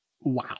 Wow